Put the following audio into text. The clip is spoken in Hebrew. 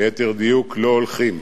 ליתר דיוק, לא הולכים,